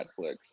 Netflix